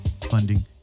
funding